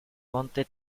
monte